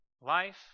life